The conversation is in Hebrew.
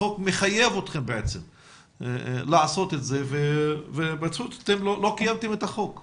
החוק מחייב אתכם להתקין תקנות אבל פשוט לא קיימתם את החוק.